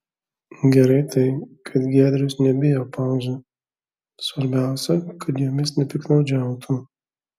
gerai tai kad giedrius nebijo pauzių svarbiausia kad jomis nepiktnaudžiautų